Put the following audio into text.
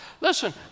Listen